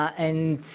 and